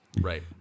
Right